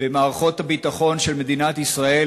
במערכות הביטחון של מדינת ישראל,